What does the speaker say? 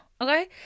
Okay